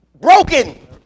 broken